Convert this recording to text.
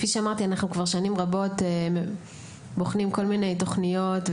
אנחנו כבר שנים רבות בוחנים כל מיני תוכניות,